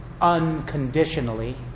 unconditionally